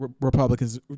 Republicans